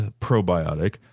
probiotic